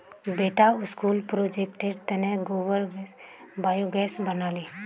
बेटा स्कूल प्रोजेक्टेर तने गोबर स बायोगैस बना ले